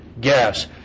gas